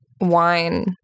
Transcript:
wine